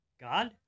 God